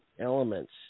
elements